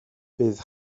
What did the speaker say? bydd